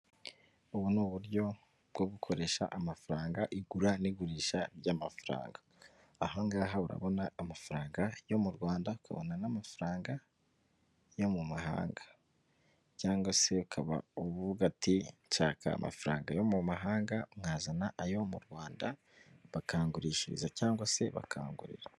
Ubu ni uburyo bwo gukoresha amafaranga igura n'igurisha ry'amafaranga, aha ngaha urabona amafaranga yo mu Rwanda, ukabona n'amafaranga yo mu mahanga cyangwa se ukaba uvuga ati: "nshaka amafaranga yo mu mahanga nkazana ayo mu Rwanda, bakangurishiriza cyangwa se bakangurira."